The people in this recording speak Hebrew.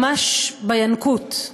ממש בינקות,